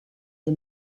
des